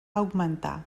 augmentar